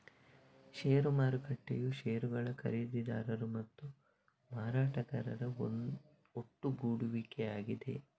ಷೇರು ಮಾರುಕಟ್ಟೆಯು ಷೇರುಗಳ ಖರೀದಿದಾರರು ಮತ್ತು ಮಾರಾಟಗಾರರ ಒಟ್ಟುಗೂಡುವಿಕೆಯಾಗಿದೆ